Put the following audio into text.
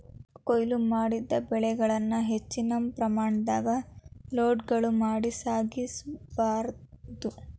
ಕೋಯ್ಲು ಮಾಡಿದ ಬೆಳೆಗಳನ್ನ ಹೆಚ್ಚಿನ ಪ್ರಮಾಣದಾಗ ಲೋಡ್ಗಳು ಮಾಡಿ ಸಾಗಿಸ ಬಾರ್ದು